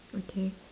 okay